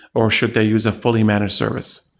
or should they use a fully managed service,